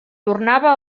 tornava